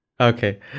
Okay